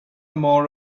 more